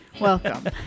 Welcome